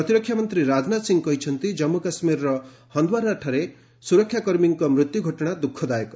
ପ୍ରତିରକ୍ଷା ମନ୍ତ୍ରୀ ରାଜନାଥ ସିଂହ କହିଛନ୍ତି ଜମ୍ମୁ କାଶ୍ମୀରର ହଣ୍ଡୱାରାଠାରେ ସୁରକ୍ଷାକର୍ମୀଙ୍କ ମୃତ୍ୟୁ ଘଟଣା ଦ୍ରୁଖଦାୟକ